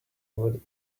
would